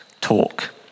talk